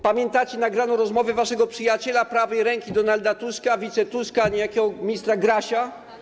Pamiętacie nagraną rozmowę waszego przyjaciela, prawej ręki Donalda Tuska, wice-Tuska, niejakiego ministra Grasia?